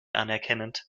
anerkennend